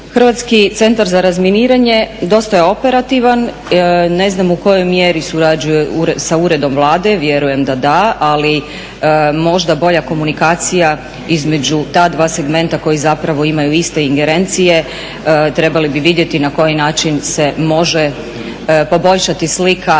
Hrvatski centar za razminiranje dosta je operativan, ne znam u kojoj mjeri surađuje sa uredom Vlade vjerujem da da, ali možda bolja komunikacija između ta dva segmenta koji zapravo imaju iste ingerencije. Trebali bi vidjeti na koji način se može poboljšati slika